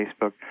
Facebook